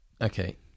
Okay